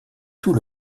tout